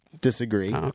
disagree